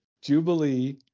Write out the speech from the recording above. Jubilee